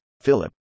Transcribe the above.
Philip